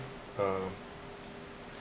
uh